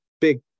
Big